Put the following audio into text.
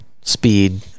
speed